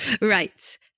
Right